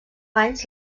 anys